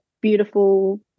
beautiful